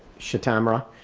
shitamra,